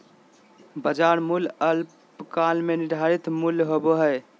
बाजार मूल्य अल्पकाल में निर्धारित मूल्य होबो हइ